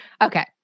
Okay